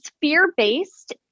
fear-based